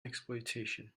exploitation